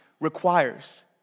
requires